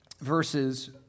verses